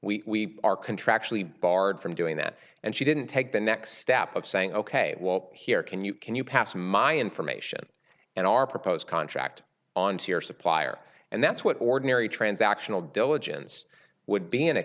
l we are contractually barred from doing that and she didn't take the next step of saying ok well here can you can you pass my information and our proposed contract on to your supplier and that's what ordinary transactional diligence would be in a